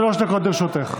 בבקשה, שלוש דקות לרשותך.